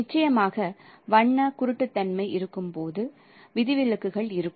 நிச்சயமாக வண்ண குருட்டுத்தன்மை இருக்கும்போது விதிவிலக்குகள் இருக்கும்